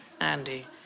Andy